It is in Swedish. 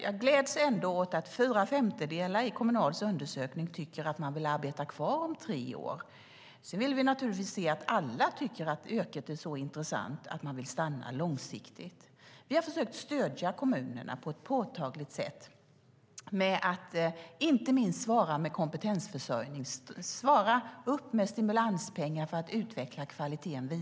Jag gläds åt att fyra femtedelar i Kommunals undersökning vill arbeta kvar om tre år, men vi vill naturligtvis se att alla tycker att yrket är så intressant att de vill stanna långsiktigt. Vi har försökt stödja kommunerna på ett påtagligt sätt, inte minst genom att möta upp med stimulanspengar för att vidareutveckla kvaliteten.